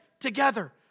together